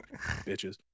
bitches